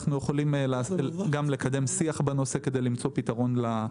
אנחנו יכולים לקדם שיח בנושא כדי למצוא פתרון לנושא הזה.